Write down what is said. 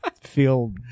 feel